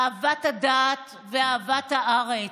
אהבת הדעת ואהבת הארץ.